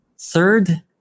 Third